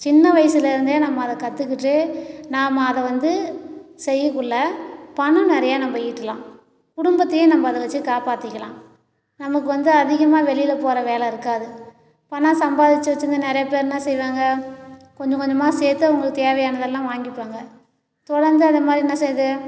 சின்ன வயசுலருந்தே நம்ம அதை கற்றுக்கிட்டு நாம அதை வந்து செய்யக்குள்ளே பணம் நிறையா நம்ப ஈட்டலாம் குடும்பத்தையே நம்ப அதை வச்சு காப்பாற்றிக்கலாம் நமக்கு வந்து அதிகமாக வெளியில போகற வேலை இருக்காது பணம் சம்பாரிச்சு வச்சுருந்து நிறையா பேர் என்னா செய்வாங்க கொஞ்சம் கொஞ்சமாக சேர்த்து அவங்களுக்கு தேவையானதெல்லாம் வாங்கிப்பாங்க தொடர்ந்து அதே மாரி என்ன செய்யறது